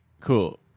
Cool